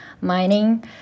mining